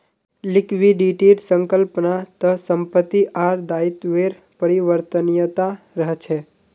लिक्विडिटीर संकल्पना त संपत्ति आर दायित्वेर परिवर्तनीयता रहछे